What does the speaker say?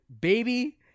baby